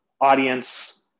audience